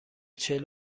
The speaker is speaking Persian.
چهل